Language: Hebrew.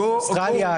הן אוסטרליה,